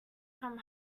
from